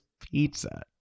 pizza